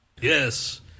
Yes